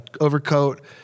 overcoat